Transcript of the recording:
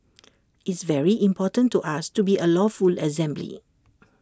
it's very important to us to be A lawful assembly